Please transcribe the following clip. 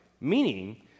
Meaning